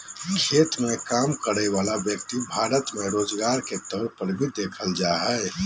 खेत मे काम करय वला व्यक्ति भारत मे रोजगार के तौर पर भी देखल जा हय